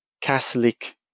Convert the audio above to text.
Catholic